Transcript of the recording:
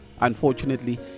unfortunately